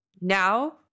Now